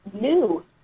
new